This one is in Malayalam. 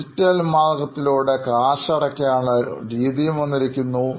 ഡിജിറ്റൽ മാർഗ്ഗത്തിലൂടെ കാശ് അടയ്ക്കാനുള്ള ഉള്ള രീതിയും വന്നിരിക്കുന്നു